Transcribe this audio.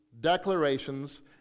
declarations